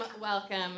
welcome